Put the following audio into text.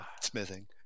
Smithing